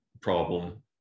problem